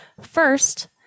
First